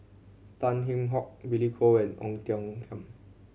Tan Kheam Hock Billy Koh and Ong Tiong Khiam